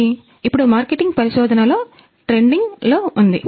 ఇది ఇప్పుడు మార్కెటింగ్ పరిశోధనలోలో ఉంది